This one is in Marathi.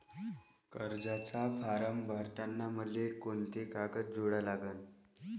कर्जाचा फारम भरताना मले कोंते कागद जोडा लागन?